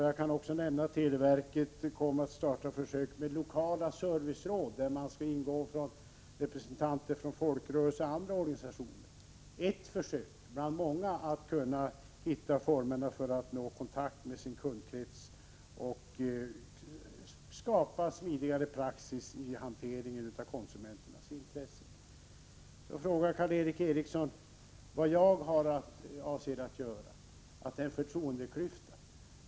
Jag kan också tala om att televerket kommer att starta försök med lokala serviceråd, där det skall ingå representanter för folkrörelserna och andra organisationer. Det är ett försök bland många för att hitta former för kontakt med kundkretsen och skapa smidigare praxis vid hanteringen av konsumenternas intressen. Karl Erik Eriksson frågade vad jag avser att göra. Han menar att det finns en förtroendeklyfta.